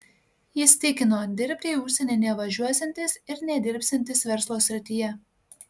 jis tikino dirbti į užsienį nevažiuosiantis ir nedirbsiantis verslo srityje